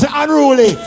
unruly